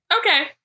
Okay